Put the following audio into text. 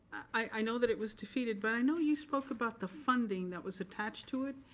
i know that it was defeated but i know you spoke about the funding that was attached to it.